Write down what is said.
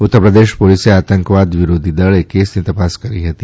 ઉત્તરપ્રદેશ ોલીસે આતંકવાદ વિરોધી દળે કેસની ત ાસ કરી હતી